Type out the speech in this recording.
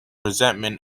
resentment